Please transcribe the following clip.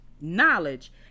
knowledge